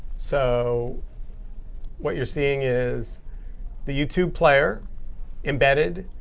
so what you're seeing is the youtube player embedded,